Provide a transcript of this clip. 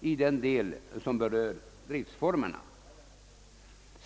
i den del som berör driftfonderna.